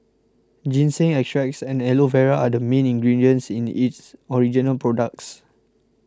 ginseng extracts and Aloe Vera are the main ingredients in its original products